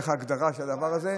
איך ההגדרה של הדבר הזה?